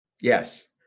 Yes